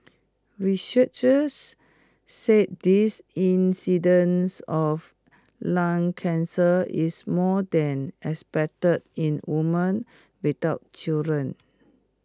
researchers said this incidence of lung cancer is more than expected in woman without children